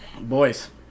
boys